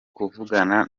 kuvugana